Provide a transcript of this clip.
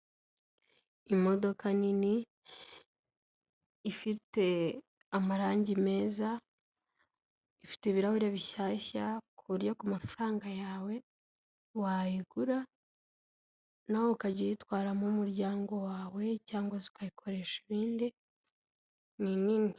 Imodoka nini ifite amarangi meza, ifite ibirahure bishyashya ku buryo ku mafaranga yawe wayigura, nawe ukajya uyitwaramo umuryango wawe cyangwa se ukayikoresha ibindi ni nini.